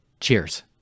Cheers